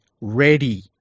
ready